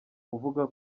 uvuga